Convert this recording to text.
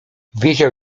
wiedział